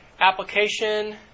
application